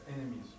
enemies